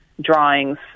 drawings